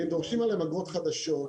הם דורשים עליהם אגרות חדשות,